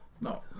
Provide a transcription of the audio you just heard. No